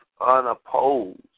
unopposed